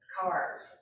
cars